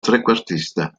trequartista